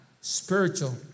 spiritual